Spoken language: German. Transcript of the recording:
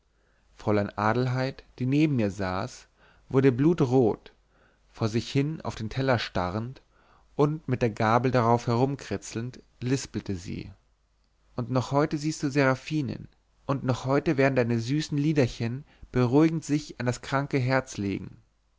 fräulein adelheid die neben mir saß wurde blutrot vor sich hin auf den teller starrend und mit der gabel darauf herumkritzelnd lispelte sie und noch heute siehst du seraphinen und noch heute werden deine süßen liederchen beruhigend sich an das kranke herz legen